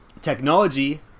technology